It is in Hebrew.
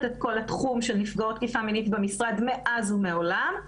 את כל התחום של נפגעות תקיפה מינית במשרד מאז ומעולם.